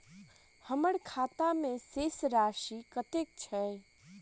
हम्मर खाता मे शेष राशि कतेक छैय?